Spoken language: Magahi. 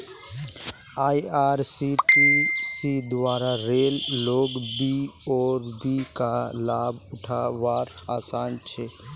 आईआरसीटीसी द्वारा रेल लोक बी.ओ.बी का लाभ उठा वार आसान छे